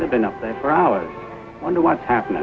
they've been up there for hours wonder what's happening